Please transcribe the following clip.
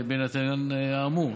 בהינתן האמור,